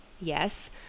Yes